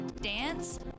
dance